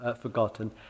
forgotten